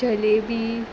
jalebi